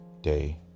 day